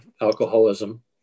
alcoholism